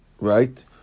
right